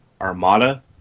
Armada